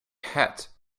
hat